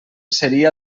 seria